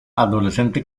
adolescente